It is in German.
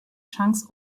chance